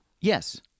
Yes